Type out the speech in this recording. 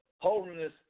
holiness